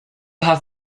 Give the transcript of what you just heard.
have